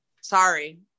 Sorry